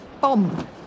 Bomb